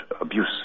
abuse